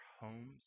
homes